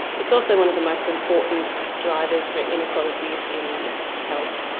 it's also one of the most important drivers for inequalities in health.